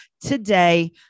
today